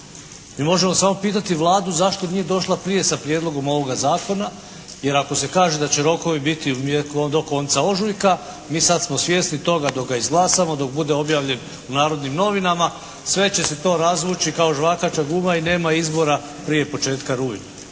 Mi možemo samo pitati Vladu zašto nije došla prije sa prijedlogom ovoga zakona, jer ako se kaže da će rokovi biti do konca ožujka, mi sad smo svjesni toga dok ga izglasamo, dok bude objavljen u "Narodnim novinama" sve će se to razvući kao žvakaća guma i nema izbora prije početka rujna.